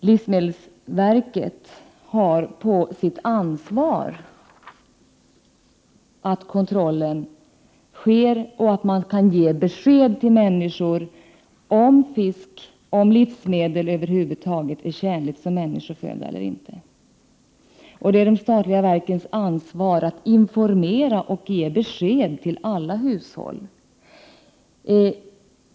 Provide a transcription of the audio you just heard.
Livsmedelsverket har på sitt ansvar att kontroll sker och att man kan ge besked till människor om fisk och om livsmedel över huvud taget är tjänliga som människoföda eller inte. Det är de statliga verkens ansvar att informera och ge besked till alla hushåll.